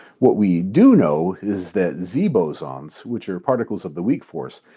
what we do know is that z bosons, which are particles of the weak force,